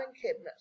cabinet